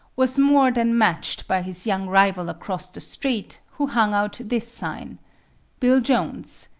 was more than matched by his young rival across the street who hung out this sign bill jones.